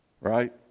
right